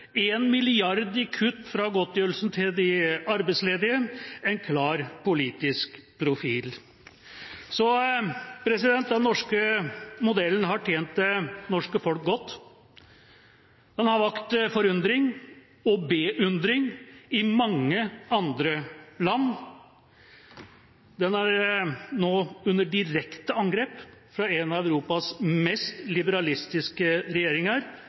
i kutt fra godtgjørelsen til de arbeidsledige – en klar politisk profil. Den norske modellen har tjent det norske folk godt. Den har vakt forundring og beundring i mange andre land. Den er nå under direkte angrep fra en av Europas mest liberalistiske regjeringer.